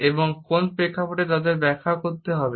এবং কোন প্রেক্ষাপটে তাদের ব্যাখ্যা করতে হবে